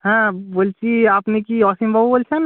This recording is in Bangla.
হ্যাঁ বলছি আপনি কি অসীমবাবু বলছেন